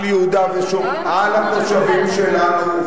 על יהודה ושומרון, על התושבים שלה,